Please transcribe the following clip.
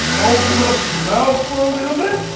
open up your mouth for a little bit!